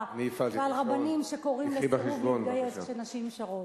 ועל רבנים שקוראים לסירוב להתגייס כשנשים שרות.